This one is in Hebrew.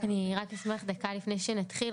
אני רק אשמח לפני שנתחיל,